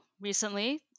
recently